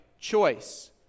choice